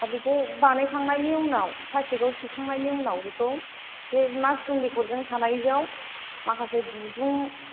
दा बेखौ बानाय खांनायनि उनाव प्लास्टिकआव सोखांनायनि उनाव बेखौ बे मासरुम बेगरजों थानायजों माखासे गुदुं